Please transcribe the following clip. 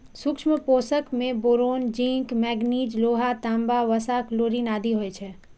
सूक्ष्म पोषक मे बोरोन, जिंक, मैगनीज, लोहा, तांबा, वसा, क्लोरिन आदि होइ छै